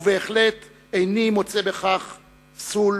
ובהחלט איני מוצא בכך פסול,